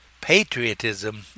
Patriotism